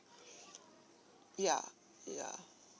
ya ya